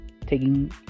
taking